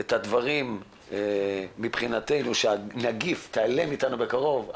את הדברים מבחינתנו כדי שהנגיף ייעלם מאתנו בקרוב,